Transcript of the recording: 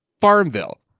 Farmville